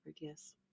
yes